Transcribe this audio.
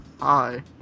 hi